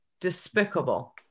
despicable